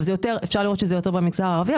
אפשר לראות שזה יותר במגזר הערבי,